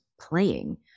playing